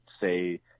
say